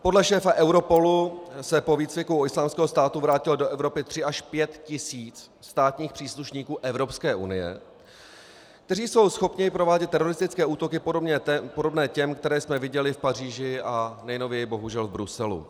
Podle šéfa Europolu se po výcviku u Islámského státu vrátilo do Evropy 3 až 5 tisíc státních příslušníků Evropské unie, kteří jsou schopni provádět teroristické útoky podobné těm, které jsem viděli v Paříži a nejnověji bohužel v Bruselu.